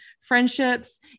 friendships